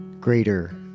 greater